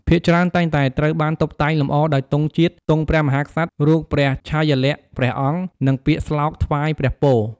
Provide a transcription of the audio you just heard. ភាគច្រើនតែងតែត្រូវបាន តុបតែងលម្អ ដោយ ទង់ជាតិ ទង់ព្រះមហាក្សត្រ រូបព្រះឆាយាល័ក្ខណ៍ព្រះអង្គ និង ពាក្យស្លោកថ្វាយព្រះពរ។